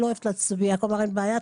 כלומר אין בעיה,